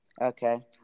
Okay